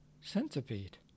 Centipede